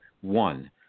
one